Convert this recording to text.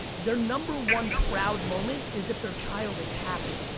their number one proud moment is if their child is happy.